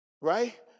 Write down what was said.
Right